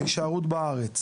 להישארות בארץ.